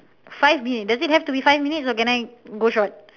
five minute does it have to be five minutes or can I go short